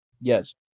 Yes